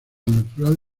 natural